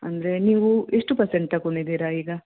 ಅಂದರೆ ನೀವು ಎಷ್ಟು ಪರ್ಸೆಂಟ್ ತಗೊಂಡಿದ್ದೀರ ಈಗ